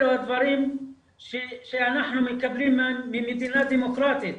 אלה הדברים שאנחנו מקבלים ממדינה דמוקרטית.